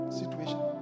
situation